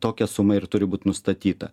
tokią suma ir turi būti nustatyta